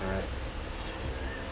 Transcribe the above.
correct